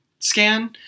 scan